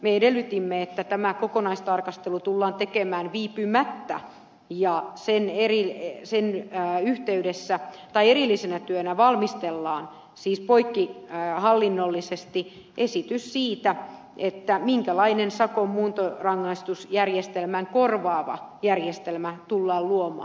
me edellytimme että tämä kokonaistarkastelu tullaan tekemään viipymättä ja sen eri osien maayhteydessä tai erillisenä työnä valmistellaan siis poikkihallinnollisesti esitys siitä minkälainen sakon muuntorangaistusjärjestelmän korvaava järjestelmä tullaan luomaan